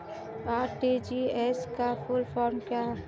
RTGS का full form क्या है?